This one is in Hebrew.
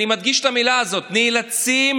אני מדגיש את המילה הזאת: נאלצים,